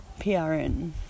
PRN